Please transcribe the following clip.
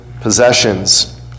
possessions